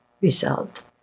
result